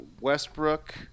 Westbrook